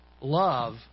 love